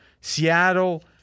Seattle